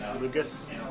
Lucas